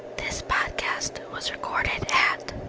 this podcast was recorded at.